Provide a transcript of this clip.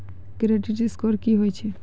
Credit score की होय छै?